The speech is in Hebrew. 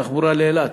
התחבורה לאילת,